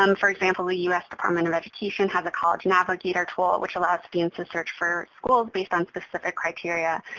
um for example, the u s. department of education has a college navigator tool which allows students to search for schools based on specific criteria.